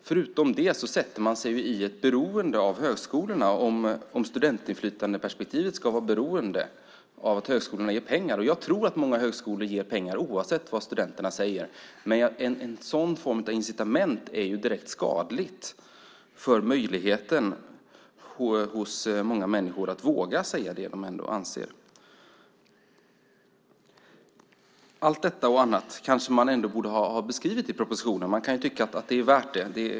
Förutom det sätter man sig i ett beroende av högskolorna om studentinflytandeperspektivet ska vara beroende av att högskolorna ger pengar. Jag tror att många högskolor ger pengar oavsett vad studenterna säger, men en sådan form av incitament är direkt skadlig för möjligheten hos många människor att våga säga det de anser. Allt detta och annat kanske man ändå borde ha beskrivit i propositionen. Man kan tycka att det är värt det.